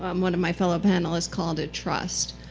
um one of my fellow panelists called it trust.